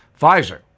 Pfizer